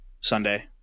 Sunday